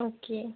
okay